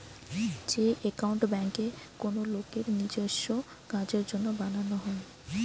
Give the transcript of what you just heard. যে একাউন্ট বেঙ্কে কোনো লোকের নিজেস্য কাজের জন্য বানানো হয়